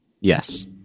Yes